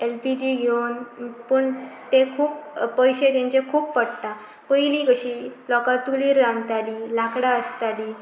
L P G घेवन पूण ते खूब पयशे तेंचे खूब पडटा पयलीं कशीं लोकां चुडीर रांदताली लांकडां आसताली